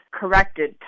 corrected